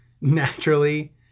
naturally